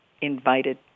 invited